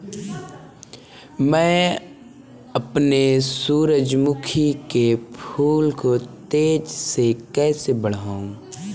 मैं अपने सूरजमुखी के फूल को तेजी से कैसे बढाऊं?